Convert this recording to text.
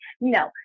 No